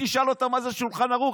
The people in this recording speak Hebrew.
תשאל אותה מה זה שולחן ערוך,